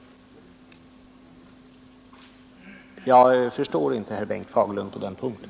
Jag förstår alltså inte herr Bengt Fagerlund på den punkten.